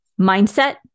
Mindset